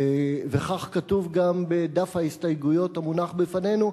וכך כתוב גם בדף ההסתייגויות המונח לפנינו,